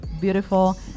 beautiful